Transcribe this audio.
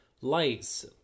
lights